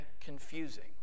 confusing